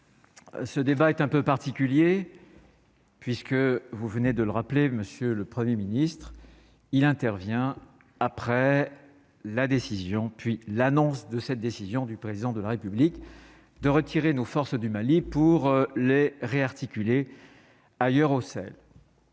ce débat est un peu particulier puisque vous venez de le rappeler, Monsieur le 1er ministre il intervient après la décision, puis l'annonce de cette décision du président de la République de retirer nos forces du Mali pour Les réarticuler ailleurs au sel.